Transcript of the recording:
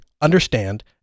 understand